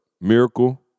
Miracle